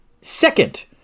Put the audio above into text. Second